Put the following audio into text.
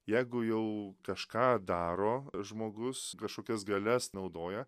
jeigu jau kažką daro žmogus kažkokias galias naudoja